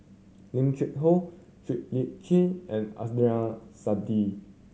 Lim Cheng Hoe Siow Lee Chin and Adnan Saidi